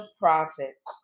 prophets